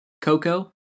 Coco